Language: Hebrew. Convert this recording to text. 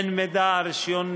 אין מידע על רישיון נהיגה.